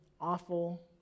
awful